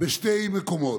בשני מקומות: